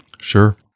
Sure